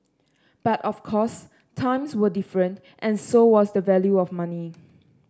but of course times were different and so was the value of money